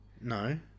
No